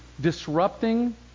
disrupting